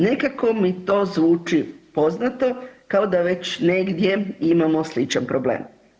Nekako mi to zvuči poznato kao da već negdje imamo sličan problem.